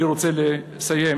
אני רוצה לסיים.